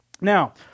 Now